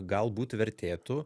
galbūt vertėtų